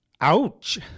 Ouch